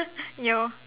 yo